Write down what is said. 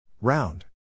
Round